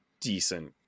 decent